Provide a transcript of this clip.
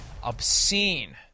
obscene